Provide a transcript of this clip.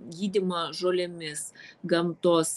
gydymą žolėmis gamtos